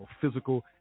physical